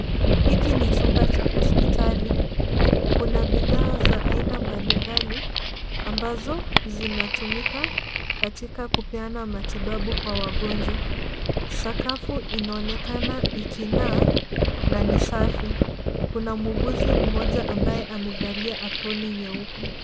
Hiki ni chumba cha hospitali. Kuna bidhaa za aina mbalimbali ambazo zinatumika katika kupeana matibabu kwa wagonjwa. Sakafu inaonekana iking'aa na ni safi. Kuna muuguzi mmoja ambaye amevalia aproni nyeupe.